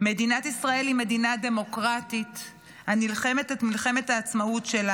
מדינת ישראל היא מדינה דמוקרטית הנלחמת את מלחמת העצמאות שלה,